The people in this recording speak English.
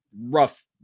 rough